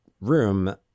room